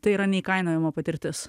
tai yra neįkainojama patirtis